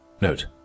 Note